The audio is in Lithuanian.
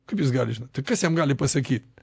kaip jis gali žinot tai kas jam gali pasakyti